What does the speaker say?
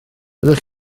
ydych